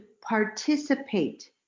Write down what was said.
participate